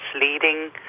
leading